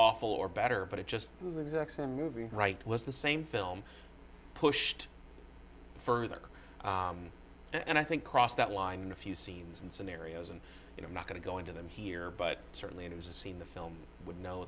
awful or better but it just was exact same movie right was the same film pushed further and i think crossed that line in a few scenes and scenarios and you know i'm not going to go into them here but certainly it was a scene the film would know